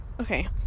okay